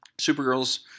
Supergirl's